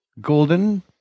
Golden